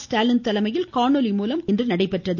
ஸ்டாலின் தலைமையில் காணொலி மூலம் இன்று நடைபெற்றது